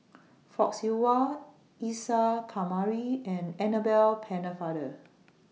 Fock Siew Wah Isa Kamari and Annabel Pennefather